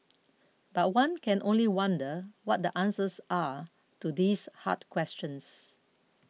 but one can only wonder what the answers are to these hard questions